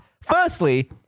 Firstly